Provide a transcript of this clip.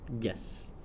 yes